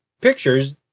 pictures